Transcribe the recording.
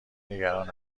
نگران